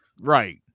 Right